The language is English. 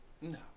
No